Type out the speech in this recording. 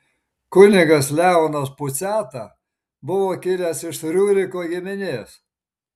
kunigas leonas puciata buvo kilęs iš riuriko giminės